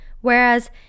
Whereas